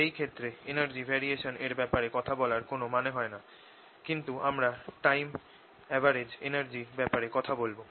সেই ক্ষেত্রে energy variation এর ব্যাপারে কথা বলার কোন মানে হয় না কিন্তু আমরা টাইম এভারেজড এনার্জির ব্যাপারে কথা বলবো